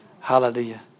Hallelujah